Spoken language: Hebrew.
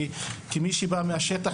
כמי שבא מהשטח,